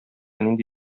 нинди